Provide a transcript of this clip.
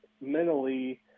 mentally